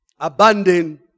Abandon